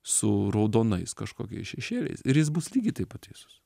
su raudonais kažkokiais šešėliais ir jis bus lygiai taip pat teisus